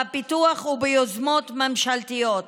בפיתוח וביוזמות ממשלתיות.